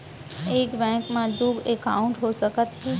एक बैंक में दू एकाउंट हो सकत हे?